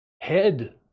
head